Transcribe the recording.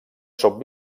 són